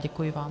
Děkuji vám.